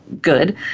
good